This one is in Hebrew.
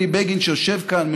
שיושב כאן,